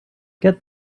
get